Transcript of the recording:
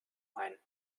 ein